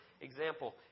example